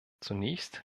zunächst